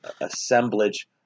assemblage